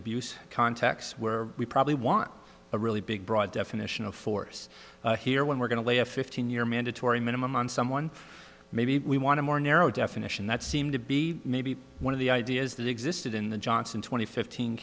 abuse context where we probably want a really big broad definition of force here when we're going to lay a fifteen year mandatory minimum on someone maybe we want to more narrow definition that seemed to be maybe one of the ideas that existed in the johnson twenty fifteen